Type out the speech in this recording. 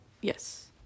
yes